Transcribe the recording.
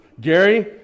Gary